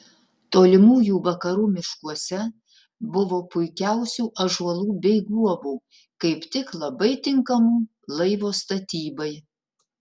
tolimųjų vakarų miškuose buvo puikiausių ąžuolų bei guobų kaip tik labai tinkamų laivo statybai